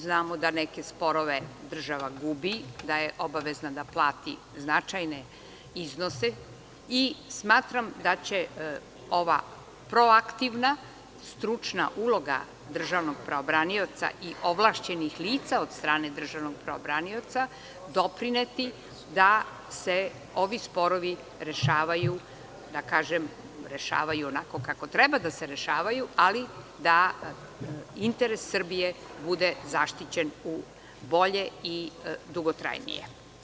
Znamo da neke sporove država gubi, da je obavezna da plati značajne iznose i smatram da će ova proaktivna, stručna uloga državnog pravobranioca i ovlašćenih lica od strane državnog pravobranioca doprineti da se ovi sporovi rešavaju onako kako treba da se rešavaju, ali da interes Srbije bude zaštićen bolje i dugotrajnije.